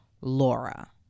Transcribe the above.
Laura